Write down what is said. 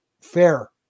fair